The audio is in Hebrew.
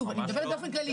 שוב, אני מדברת באופן כללי.